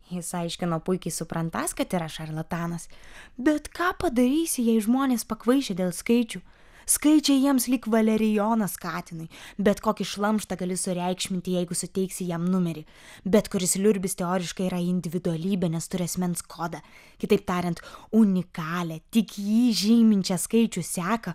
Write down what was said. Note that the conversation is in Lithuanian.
jis aiškino puikiai suprantąs kad yra šarlatanas bet ką padarysi jei žmonės pakvaišę dėl skaičių skaičiai jiems lyg valerijonas katinui bet kokį šlamštą gali sureikšminti jeigu suteiksi jam numerį bet kuris liurbis teoriškai yra individualybė nes turi asmens kodą kitaip tariant unikalią tik jį žyminčią skaičių seką